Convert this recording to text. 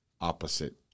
opposite